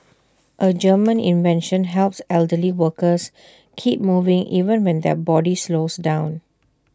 A German invention helps elderly workers keep moving even when their body slows down